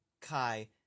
Kai